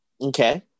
Okay